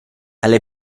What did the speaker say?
alle